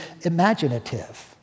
imaginative